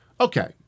Okay